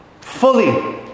fully